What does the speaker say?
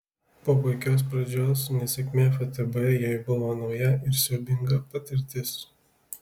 po puikios pradžios nesėkmė ftb jai buvo nauja ir siaubinga patirtis